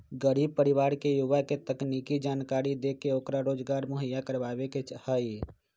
गरीब परिवार के युवा के तकनीकी जानकरी देके ओकरा रोजगार मुहैया करवावे के हई